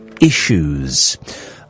issues